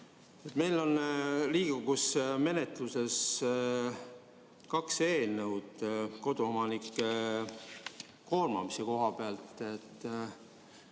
Meil on Riigikogus menetluses kaks eelnõu koduomanike koormamise koha pealt.